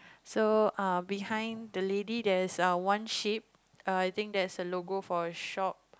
so err behind the lady there's err one sheep err I think that's a logo for a shop